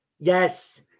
Yes